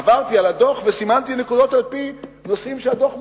עברתי על הדוח וסימנתי נקודות על-פי נושאים שהדוח מעלה.